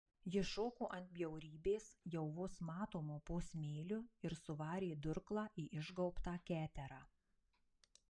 ji šoko ant bjaurybės jau vos matomo po smėliu ir suvarė durklą į išgaubtą keterą